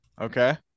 Okay